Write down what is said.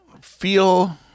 feel